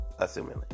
Assumingly